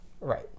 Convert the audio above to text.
Right